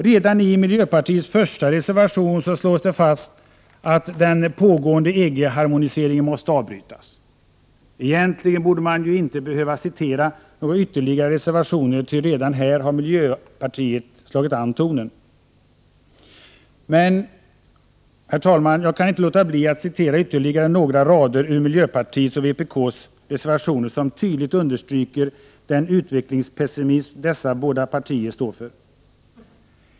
Redan i miljöpartiets första reservation slås det fast att den nu pågående EG-harmoniseringen ”måste avbrytas”. Egentligen borde man ju inte behöva citera några ytterligare reservationer, ty redan här har miljöpartiet slagit an tonen. Jag kan dock inte, herr talman, låta bli att citera ytterligare några rader ur miljöpartiets och vpk:s reservationer, som tydligt understryker den utvecklingspessimism dessa båda partier står för.